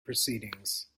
proceedings